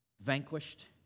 vanquished